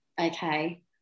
okay